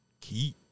keep